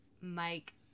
Mike